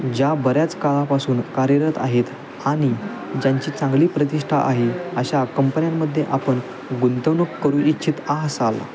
ज्या बऱ्याच काळापासून कार्यरत आहेत आणि ज्यांची चांगली प्रतिष्ठा आहे अशा कंपन्यांमध्ये आपण गुंतवणूक करू इच्छित असाल